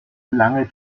lange